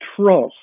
trust